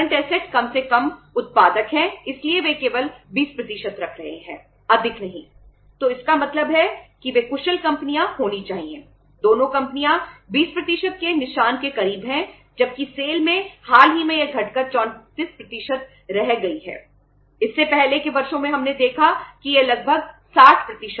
इससे पहले के वर्षों में हमने देखा कि यह लगभग 60 था